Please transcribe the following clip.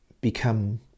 become